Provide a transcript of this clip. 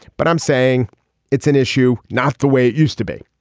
but i'm saying it's an issue not the way it used to be.